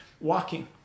walking